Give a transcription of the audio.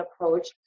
approach